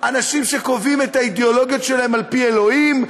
אנשים שקובעים את האידיאולוגיות שלכם על-פי אלוהים,